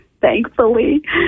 Thankfully